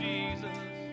Jesus